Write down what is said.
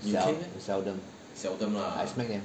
sel~ seldom I smack them